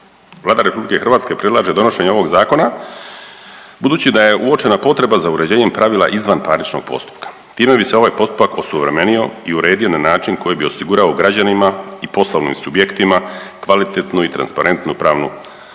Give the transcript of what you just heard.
Vlada RH predlaže donošenje ovog Zakona budući da je uočena potreba za uređenjem pravila izvanparničnog postupka. Time bi se ovaj postupak osuvremenio i uredio na način koji bi osigurao građanima i poslovnim subjektima kvalitetnu i transparentnu pravnu zaštitu